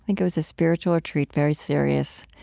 think it was a spiritual retreat, very serious.